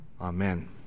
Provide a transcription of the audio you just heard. Amen